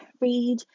read